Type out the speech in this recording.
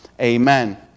Amen